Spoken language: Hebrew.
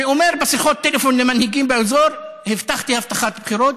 שאומר בשיחות טלפון למנהיגים באזור: הבטחתי הבטחת בחירות,